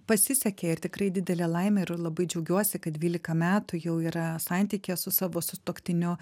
pasisekė ir tikrai didelė laimė ir labai džiaugiuosi kad dvylika metų jau yra santykyje su savo sutuoktiniu